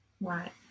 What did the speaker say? Right